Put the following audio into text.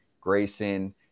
Grayson